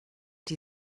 die